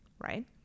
right